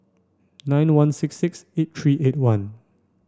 nine one six six eight three eight one